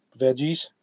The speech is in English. veggies